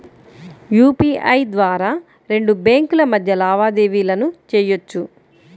UPI ద్వారా రెండు బ్యేంకుల మధ్య లావాదేవీలను చెయ్యొచ్చు